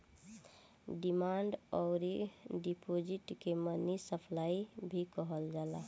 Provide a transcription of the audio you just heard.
demand अउर deposit के money supply भी कहल जाला